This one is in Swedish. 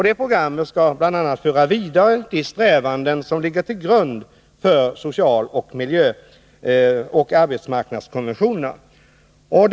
Detta program skall bl.a. föra vidare de strävanden som ligger till grund för socialoch arbetsmarknadskonventionerna.